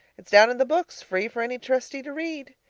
it's down in the books free for any trustee to read.